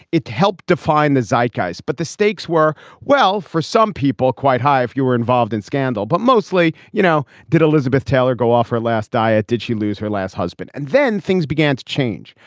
it helped define the zeit case. but the stakes were well for some people quite high if you were involved in scandal. but mostly you know did elizabeth taylor go off her last diet. did she lose her last husband. and then things began to change.